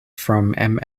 from